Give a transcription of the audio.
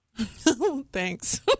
Thanks